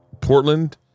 Portland